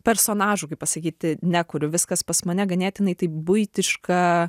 personažų kaip pasakyti nekuriu viskas pas mane ganėtinai taip buitiška